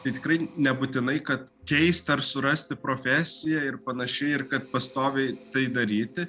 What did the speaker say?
tai tikrai nebūtinai kad keist ar surasti profesiją ir panašiai ir kad pastoviai tai daryti